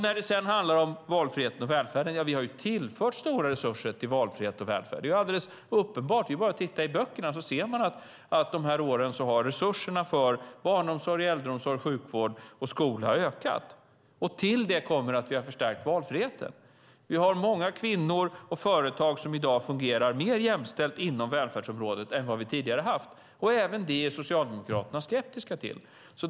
När det sedan handlar om valfriheten och välfärden har vi tillfört stora resurser där. Det är alldeles uppenbart, det är bara att titta i böckerna. Under de här åren har resurserna för barnomsorg, äldreomsorg, sjukvård och skola ökat. Till det kommer att vi har förstärkt valfriheten. Vi har många kvinnliga företagare och företag som i dag fungerar mer jämställt inom välfärdsområdet än tidigare. Även det är Socialdemokraterna skeptiska till.